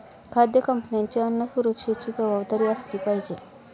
खाद्य कंपन्यांची अन्न सुरक्षेची जबाबदारी असली पाहिजे